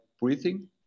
breathing